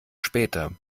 später